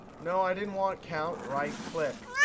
no, i didn't want count. right click,